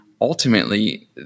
ultimately